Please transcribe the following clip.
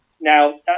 Now